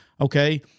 okay